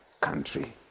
country